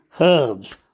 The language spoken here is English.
herbs